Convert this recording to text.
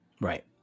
Right